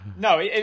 no